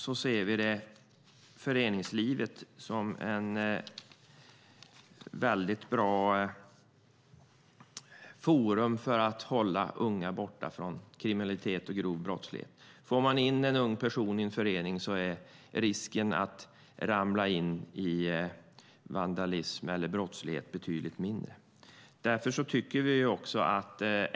Vi ser föreningslivet som ett bra forum för att hålla unga borta från kriminalitet och grov brottslighet. Får man in en ung person i en förening är risken att denne ramlar in i vandalism eller annan brottslighet betydligt mindre.